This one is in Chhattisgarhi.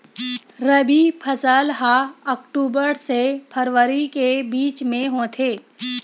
रबी फसल हा अक्टूबर से फ़रवरी के बिच में होथे